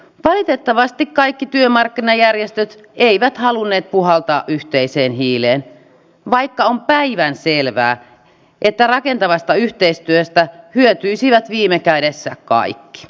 valitettavasti kaikki työmarkkinajärjestöt eivät halunneet puhaltaa yhteiseen hiileen vaikka on päivänselvää että rakentavasta yhteistyöstä hyötyisivät viime kädessä kaikki